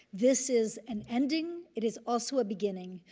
this is an ending, it is also a beginning.